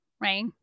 right